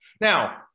Now